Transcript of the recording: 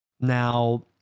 Now